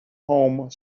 home